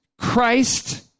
Christ